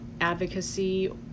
advocacy